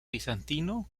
bizantino